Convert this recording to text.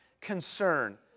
concern